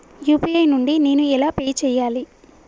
UPI నుండి నేను ఎలా పే చెయ్యాలి?